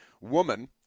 woman